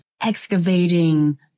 excavating